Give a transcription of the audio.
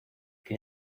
que